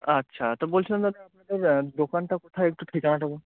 আচ্ছা তো বলছিলাম দাদা আপনাদের দোকানটা কোথায় একটু ঠিকানাটা বো